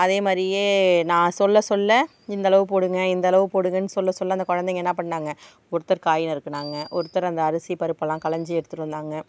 அதே மாதிரியே நான் சொல்ல சொல்ல இந்த அளவு போடுங்க இந்த அளவு போடுங்கன்னு சொல்ல சொல்ல அந்த குழந்தைங்க என்ன பண்ணிணாங்க ஒருத்தர் காய் நறுக்கினாங்க ஒருத்தர் அந்த அரிசி பருப்பெலாம் களைஞ்சி எடுத்துகிட்டு வந்தாங்க